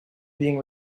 being